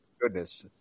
goodness